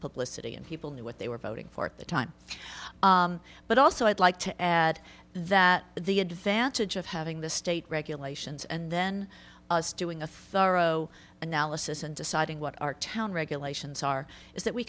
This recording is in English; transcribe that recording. publicity and people knew what they were voting for at the time but also i'd like to add that the advantage of having the state regulations and then us doing a thorough analysis and deciding what our town regulations are is that we